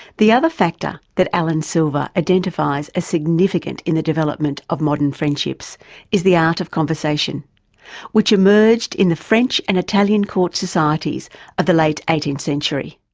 the other factor that allan silver identifies as significant in the development of modern friendships is the art of conversation which emerged in the french and italian court societies of the late eighteenth century.